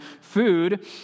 food